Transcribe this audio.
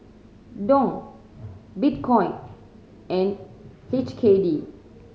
Dong Bitcoin and H K D